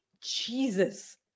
Jesus